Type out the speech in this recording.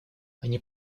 они